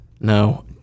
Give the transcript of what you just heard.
No